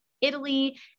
Italy